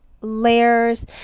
layers